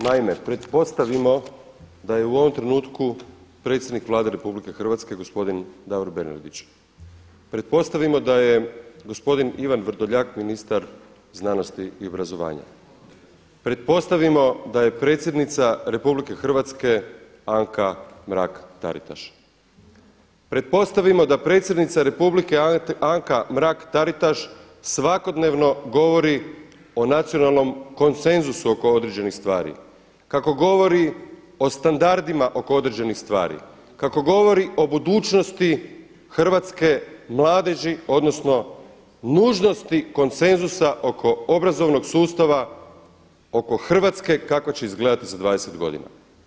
Naime, pretpostavimo da je u ovom trenutku predsjednik Vlade RH gospodin Davor BErnardić, pretpostavimo da je gospodin Ivan Vrdoljak ministar znanosti i obrazovanja, pretpostavimo da je predsjednica RH Anka Mrak Taritaš, pretpostavimo da predsjednica RH Anka Mrak Taritaš svakodnevno govori o nacionalnom konsenzusu oko određenih stvari, kako govori o standardima oko određenih stvari, kako govori o budućnosti hrvatske mladeži odnosno nužnosti konsenzusa oko obrazovnog sustava, oko Hrvatska kako će izgledati za 20 godina.